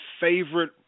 favorite